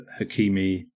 Hakimi